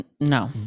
No